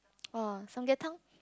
orh Samyang Tang